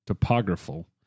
topographical